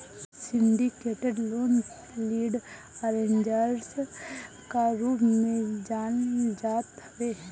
syndicated loan lead arrangers कअ रूप में जानल जात हवे